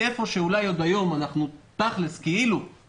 איפשהו אולי עוד היום אנחנו תכלס עדיין